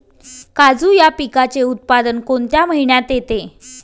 काजू या पिकाचे उत्पादन कोणत्या महिन्यात येते?